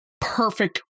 perfect